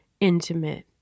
intimate